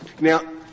Now